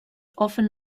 often